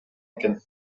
экен